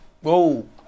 whoa